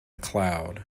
cloud